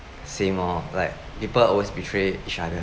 same lor like people always betrayed each other